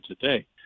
today